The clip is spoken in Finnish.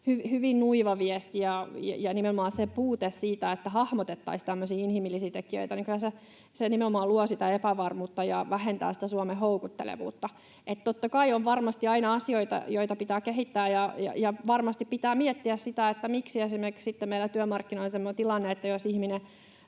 hyvin nuiva viesti ja nimenomaan puute siitä, että hahmotettaisiin tämmöisiä inhimillisiä tekijöitä, niin kyllä se nimenomaan luo sitä epävarmuutta ja vähentää sitä Suomen houkuttelevuutta. Totta kai on varmasti aina asioita, joita pitää kehittää, ja varmasti pitää miettiä sitä, miksi meillä on esimerkiksi työmarkkinoilla semmoinen tilanne, että jos ihminen